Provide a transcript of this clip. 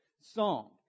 song